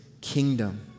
kingdom